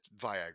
Viagra